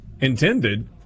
intended